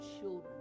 children